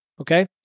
Okay